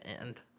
end